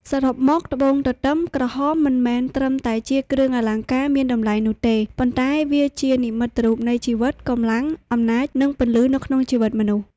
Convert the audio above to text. សរុបមក ត្បូងទទឹម ក្រហម មិនមែនត្រឹមតែជាគ្រឿងអលង្ការមានតម្លៃនោះទេ ប៉ុន្តែវាជានិមិត្តរូបនៃជីវិត កម្លាំង អំណាច និងពន្លឺ នៅក្នុងជីវិតមនុស្ស។